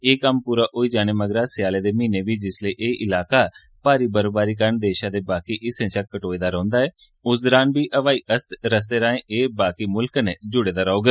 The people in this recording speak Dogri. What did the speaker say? एह् कम्म पूरा होई जाने मगरा स्यालें दे म्हीनें बी जिसलै एह् ईलाकां मारी बर्फवारी कारण देशै दे बाकी हिस्सें शा कटोए दा रौंह्दा उस दौरान बी ब्हाई रस्ते राएं एह् बाकी मुल्ख कन्नै जुड़े दा रौह्ग